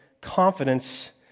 confidence